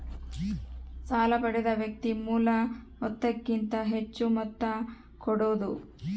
ಸಾಲ ಪಡೆದ ವ್ಯಕ್ತಿ ಮೂಲ ಮೊತ್ತಕ್ಕಿಂತ ಹೆಚ್ಹು ಮೊತ್ತ ಕೊಡೋದು